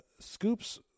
Scoops